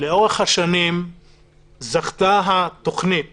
לאורך השנים זכתה התכנית